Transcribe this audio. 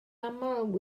aml